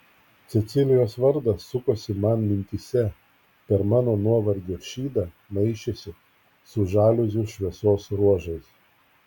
cecilijos vardas sukosi man mintyse per mano nuovargio šydą maišėsi su žaliuzių šviesos ruožais